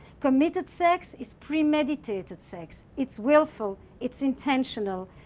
committed sex is premeditated sex. it's willful. it's intentional.